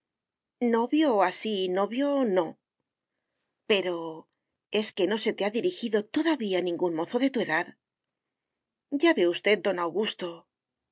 tienes novio así novio no pero es que no se te ha dirigido todavía ningún mozo de tu edad ya ve usted don augusto